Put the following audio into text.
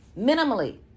minimally